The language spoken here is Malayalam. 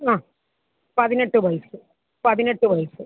ആ പതിനെട്ട് വയസ്സ് പതിനെട്ട് വയസ്സ്